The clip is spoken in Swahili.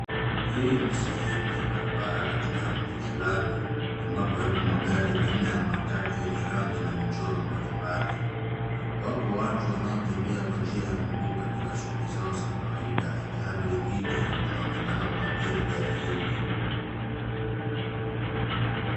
Hii ni sehemu ya barabara katikati ya mji fulani ambapo yapo magari aina ya matatu yenye rangi na michoro mbalimbali. Wapo watu wanaotembea kwa njia ya miguu katika shuguli zao za kawaida ilhali wengine wanaonekana kuabiri gari hili.